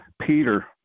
Peter